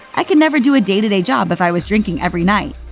i could never do a day-to-day job if i was drinking every night.